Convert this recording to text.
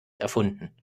erfunden